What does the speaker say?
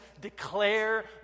declare